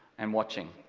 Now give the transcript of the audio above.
and watching.